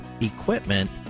equipment